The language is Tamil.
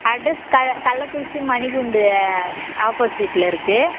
அட்ரஸ் கள்ளக்குறிச்சி மணிகூண்டு ஆப்போசிட்டில் இருக்கு